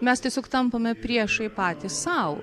mes tiesiog tampame priešai patys sau